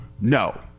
no